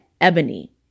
Ebony